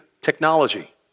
technology